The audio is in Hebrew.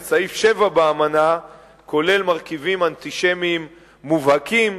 וסעיף 7 באמנה כולל מרכיבים אנטישמיים מובהקים,